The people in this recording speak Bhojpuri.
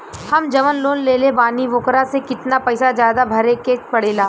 हम जवन लोन लेले बानी वोकरा से कितना पैसा ज्यादा भरे के पड़ेला?